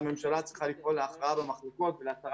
הממשלה צריכה לפעול להכרעה במחלוקות ולהסרת